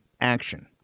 Action